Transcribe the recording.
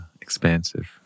Expansive